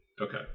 Okay